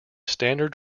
standard